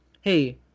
hey